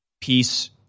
peace –